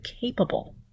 capable